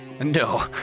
no